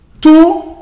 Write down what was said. two